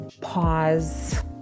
pause